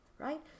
right